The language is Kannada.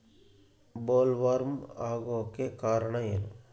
ಬೊಲ್ವರ್ಮ್ ಆಗೋಕೆ ಕಾರಣ ಏನು?